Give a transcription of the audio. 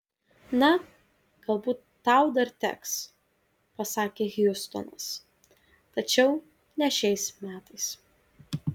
na galbūt tau dar teks pasakė hjustonas tačiau ne šiais metais